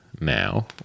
now